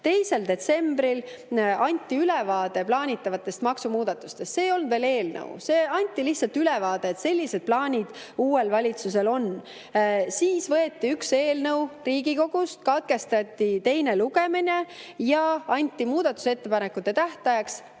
2. detsembril anti ülevaade plaanitavatest maksumuudatustest. See ei olnud veel eelnõu, anti lihtsalt ülevaade, et sellised plaanid uuel valitsusel on. Siis võeti üks eelnõu Riigikogus, katkestati teine lugemine ja anti muudatusettepanekute tähtajaks